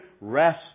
rest